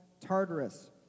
Tartarus